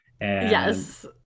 Yes